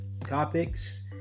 topics